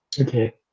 Okay